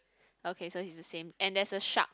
okay so it's the same and there is a shark